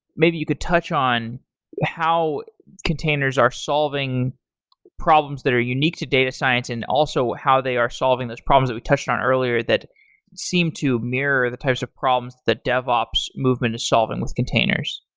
maybe you could touch on how containers are solving problems that are unique to data science. and also, how they are solving those problems that we touched on earlier that seem to mirror the types of problems that devops movement is solving with containers?